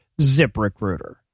ZipRecruiter